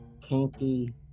kinky